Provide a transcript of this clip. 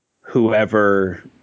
whoever